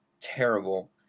terrible